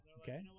Okay